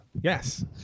yes